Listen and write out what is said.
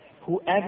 Whoever